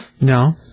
No